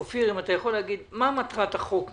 אופיר, אם תוכל לומר מה מטרת החוק מבחינתך.